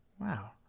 Wow